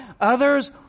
others